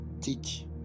Teach